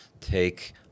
take